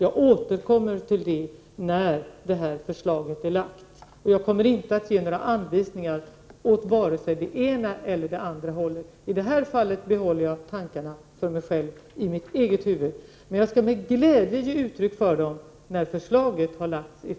Jag återkommer till det när förslaget är framlagt, och jag kommer inte att ge några anvisningar åt vare sig det ena eller det andra hållet. I det här fallet behåller jag tankarna för mig själv, men jag skall med glädje ge uttryck för dem när förslaget från utredningen har lagts fram.